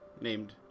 named